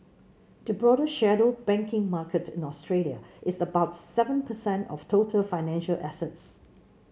the broader shadow banking market in Australia is about seven percent of total financial assets